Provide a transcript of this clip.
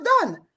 done